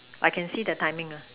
I can see the timing ah